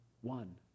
One